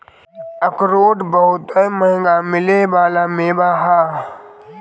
अखरोट बहुते मंहगा मिले वाला मेवा ह